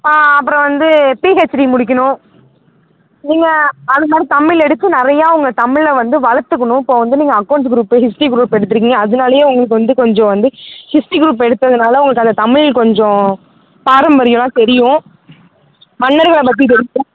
அப்புறோம் வந்து பிஹெச்டி முடிக்கணும் நீங்கள் அது மாதிரி தமிழ் எடுத்து நிறையா உங்கள் தமிழை வந்து வளர்த்துக்குணும் இப்போ வந்து நீங்கள் அக்கவுண்ட்ஸ் குரூப்பு ஹிஸ்ட்ரி குரூப் எடுத்துருக்கீங்க அதுனாலையே உங்களுக்கு வந்து கொஞ்சம் வந்து ஹிஸ்ட்ரி குரூப் எடுத்ததுனால உங்களுக்கு அந்த தமிழ் கொஞ்சம் பாரம்பரியலாம் தெரியும் மன்னர்களை பற்றி தெரியும்